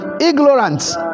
ignorance